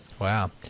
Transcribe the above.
Wow